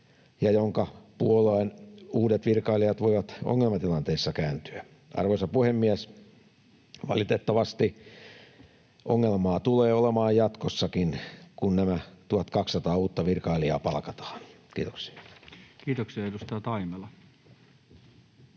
ja jonka puoleen uudet virkailijat voivat ongelmatilanteissa kääntyä. Arvoisa puhemies! Valitettavasti ongelmaa tulee olemaan jatkossakin, kun nämä 1 200 uutta virkailijaa palkataan. — Kiitoksia. [Speech